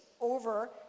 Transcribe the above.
over